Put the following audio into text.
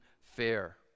fair